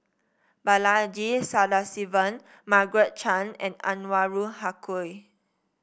Balaji Sadasivan Margaret Chan and Anwarul Haque